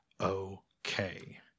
Okay